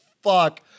fuck